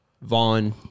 Vaughn